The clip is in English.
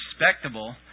respectable